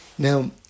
Now